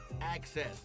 access